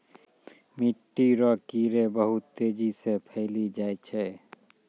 मिट्टी रो कीड़े बहुत तेजी से फैली जाय छै